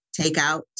takeout